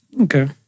Okay